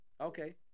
Okay